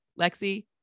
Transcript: Lexi